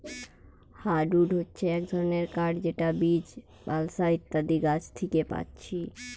hardwood হচ্ছে এক ধরণের কাঠ যেটা বীচ, বালসা ইত্যাদি গাছ থিকে পাচ্ছি